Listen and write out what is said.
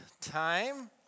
time